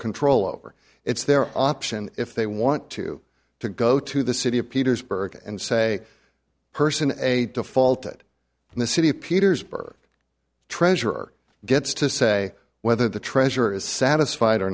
control over it's their option if they want to to go to the city of petersburg and say person a defaulted and the city of petersburg treasurer gets to say whether the treasurer is satisfied or